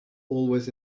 always